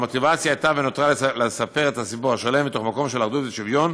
המוטיבציה הייתה ונותרה לספר את הסיפור השלם ממקום של אחדות ושוויון,